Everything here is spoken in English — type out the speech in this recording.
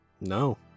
No